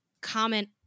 comment